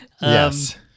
Yes